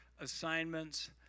assignments